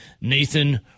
Nathan